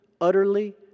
utterly